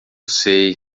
sei